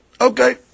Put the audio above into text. Okay